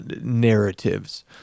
narratives